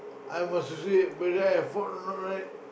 I'm a but then I fall down right